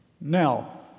Now